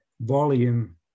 volume